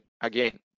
again